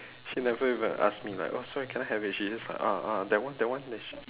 she never even ask me like oh sorry can I have it she just ah ah that one that one then she